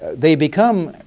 they become